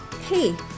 hey